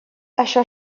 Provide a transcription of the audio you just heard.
això